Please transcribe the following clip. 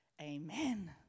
Amen